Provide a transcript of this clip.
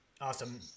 awesome